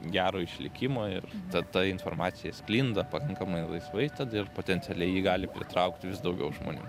gero išlikimo ir tad ta informacija sklinda pakankamai laisvai tad ir potencialiai ji gali pritraukti vis daugiau žmonių